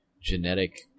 genetic